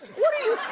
what are you